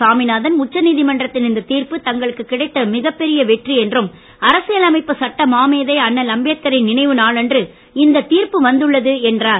சாமிநாதன்இ உச்ச நீதிமன்றத்தின் இந்த தீர்ப்பு தங்களுக்கு கிடைத்த மிகப்பெரிய வெற்றி என்றும்இ அரசியலமைப்பு சட்ட மாமேதை அண்ணல் அம்பேத்கரின் நினைவு நாளன்று இந்த தீர்ப்பு வந்துள்ளது என்றார்